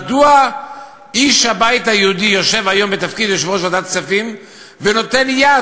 מדוע איש הבית היהודי יושב היום בתפקיד יושב-ראש ועדת כספים ונותן יד